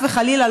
חס וחלילה,